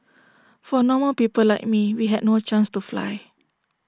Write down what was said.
for normal people like me we had no chance to fly